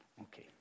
Okay